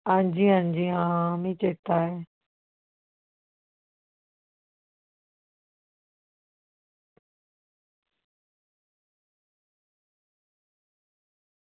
आं जी आं जी आं मिगी चेता ऐ